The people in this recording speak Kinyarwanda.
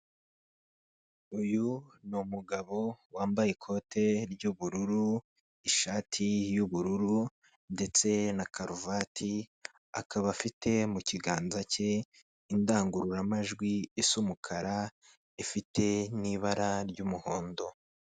Uyu ni umugabo wambaye ikote ry'ubururu, ishati y'ubururu, ndetse na karuvati, akaba afite mu ikiganza cye indangururamajwi isa umukara, ifite n'ibara ry'umuhondo.